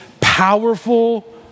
powerful